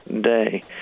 day